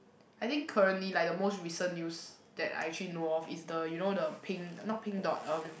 I think currently like the most recent news that I actually know of is the you know the pink not pink dot um